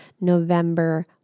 November